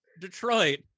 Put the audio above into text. Detroit